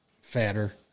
fatter